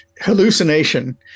hallucination